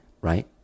right